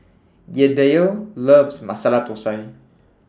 Yadiel loves Masala Thosai